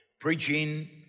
preaching